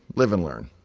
live and learn.